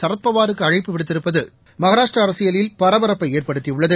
சரத்பவாருக்கு அழைப்பு விடுத்திருப்பது மகாராஷ்டிர அரசியலில் பரபரப்பை ஏற்படுத்தியுள்ளது